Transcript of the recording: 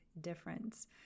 difference